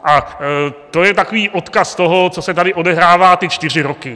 A to je takový odkaz toho, co se tady odehrává ty čtyři roky.